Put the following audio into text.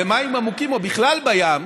בימים עמוקים או בכלל בים,